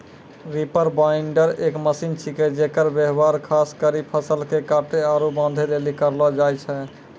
reaper binder एक machine छिकै जेकर व्यवहार खास करी फसल के काटै आरू बांधै लेली करलो जाय छै